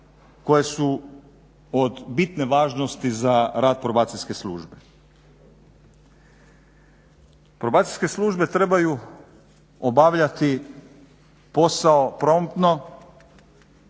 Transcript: koje su od bitne važnosti za rad Probacijske službe. Probacijeske službe trebaju obavljati posao promptno